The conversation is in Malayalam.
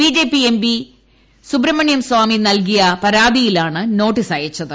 B J P M P Subramanian Swamy നൽകിയ പരാതിയിലാണ് നോട്ടീസ് അയച്ചത്